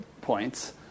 points